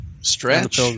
Stretch